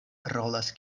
rolas